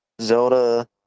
Zelda